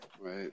Right